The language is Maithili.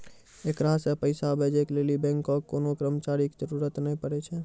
एकरा से पैसा भेजै के लेली बैंको के कोनो कर्मचारी के जरुरत नै पड़ै छै